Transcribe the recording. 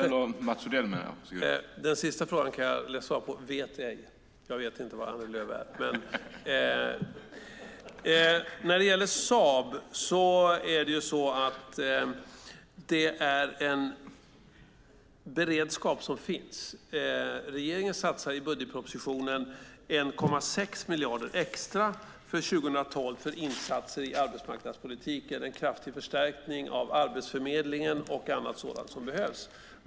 Herr talman! Den sista frågan kan jag lätt svara på: Vet ej. Jag vet inte var Annie Lööf är. När det gäller Saab finns det en beredskap. Regeringen satsar i budgetpropositionen 1,6 miljarder extra för 2012 för insatser i arbetsmarknadspolitiken. Det är en kraftig förstärkning av Arbetsförmedlingen och annat sådant som behövs.